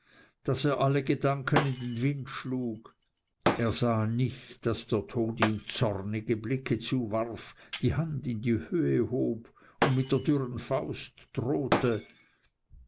daß er alle gedanken in den wind schlug er sah nicht daß der tod ihm zornige blicke zuwarf die hand in die höhe hob und mit der dürren faust drohte